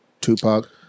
Tupac